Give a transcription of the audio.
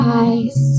eyes